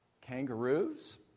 kangaroos